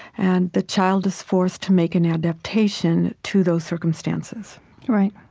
and the child is forced to make an adaptation to those circumstances right.